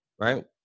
right